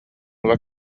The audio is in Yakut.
ыла